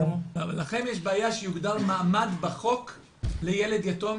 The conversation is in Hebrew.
לכן יש בעיה שיוגדר מעמד בחוק לילד יתום.